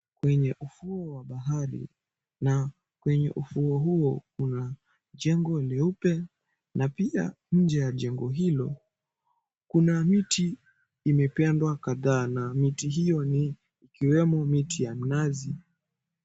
Kwenye ufuo wa bahari, na kwenye ufuo huo kuna jengo leupe na pia nje ya jengo hilo kuna miti imepandwa kadhaa na miti hiyo ni ikiwemo miti ya mnazi.